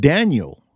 Daniel